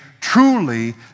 truly